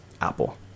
Apple